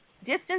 Distance